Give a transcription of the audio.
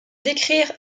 décrire